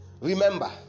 Remember